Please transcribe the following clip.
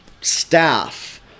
staff